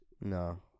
No